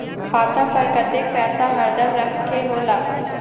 खाता पर कतेक पैसा हरदम रखखे के होला?